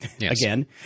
again